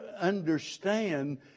understand